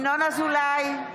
ינון אזולאי,